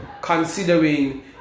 considering